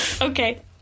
Okay